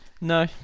no